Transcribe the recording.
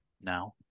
now